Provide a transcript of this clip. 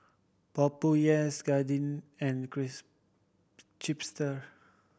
Popeyes Guardian and Chipster